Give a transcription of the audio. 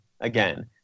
again